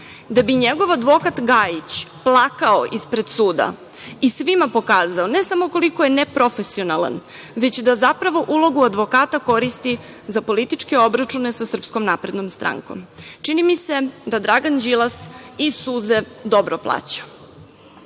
Da bi njegov advokat Gajić plakao ispred suda i svima pokazao, ne samo koliko je neprofesionalan, već da zapravo ulogu advokata koristi za političke obračune sa SNS. Čini mi se da Dragan Đilas i suze dobro plaća. Na